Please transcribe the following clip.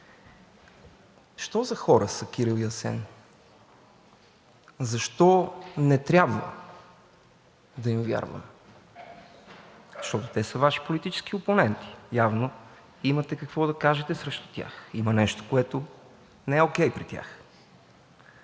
що за хора са Кирил и Асен, защо не трябва да им вярвам? Защото те са Ваши политически опоненти, явно имате какво да кажете срещу тях, има нещо, което не е окей при тях.